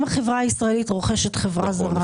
אם החברה הישראלית רוכשת חברה זרה,